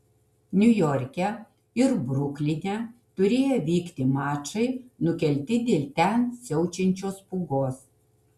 niujorke ir brukline turėję vykti mačai nukelti dėl ten siaučiančios pūgos